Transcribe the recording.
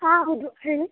ಹಾಂ ಹೌದು ಹೇಳಿ